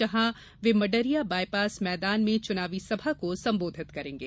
जहां मडरिया बायपास मैदान में चुनावी सभा को संबोधित करेंगे